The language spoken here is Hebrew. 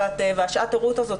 ושעת ההורות הזאת,